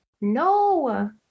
no